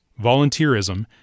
volunteerism